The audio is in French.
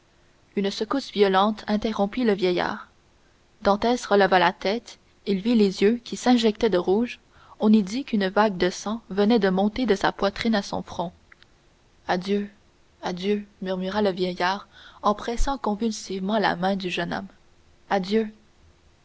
une secousse violente interrompit le vieillard dantès releva la tête il vit les yeux qui s'injectaient de rouge on eût dit qu'une vague de sang venait de monter de sa poitrine à son front adieu adieu murmura le vieillard en pressant convulsivement la main du jeune homme adieu